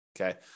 Okay